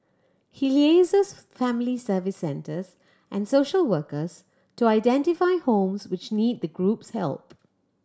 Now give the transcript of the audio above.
he liaises with family Service Centres and social workers to identify homes which need the group's help